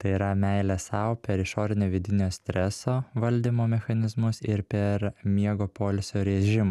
tai yra meilė sau per išorinę vidinio streso valdymo mechanizmus ir per miego poilsio režimą